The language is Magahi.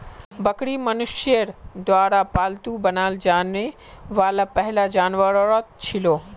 बकरी मनुष्यर द्वारा पालतू बनाल जाने वाला पहला जानवरतत छिलो